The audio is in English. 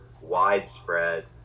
widespread